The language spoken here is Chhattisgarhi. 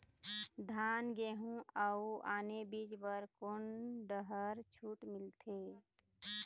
धान गेहूं अऊ आने बीज बर कोन डहर छूट मिलथे?